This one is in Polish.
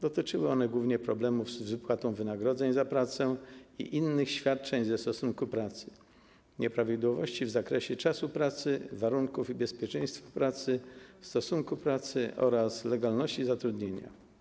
Dotyczyły one głównie problemów z wypłatą wynagrodzeń za pracę i innych świadczeń ze stosunku pracy, nieprawidłowości w zakresie czasu pracy, warunków i bezpieczeństwa pracy, stosunku pracy oraz legalności zatrudnienia.